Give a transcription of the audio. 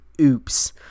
oops